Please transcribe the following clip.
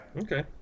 Okay